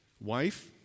wife